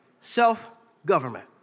Self-government